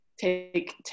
take